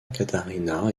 catarina